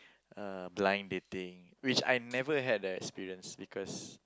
uh blind dating which I've never had the experience because